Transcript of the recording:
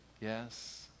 Yes